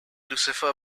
lucifer